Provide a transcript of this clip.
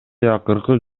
акыркы